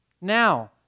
Now